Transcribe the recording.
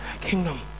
kingdom